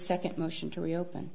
second motion to reopen